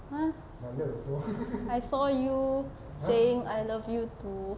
!huh! I saw you saying I love you to